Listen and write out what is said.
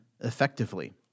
effectively